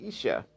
Isha